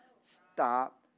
stop